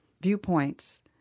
viewpoints